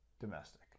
domestic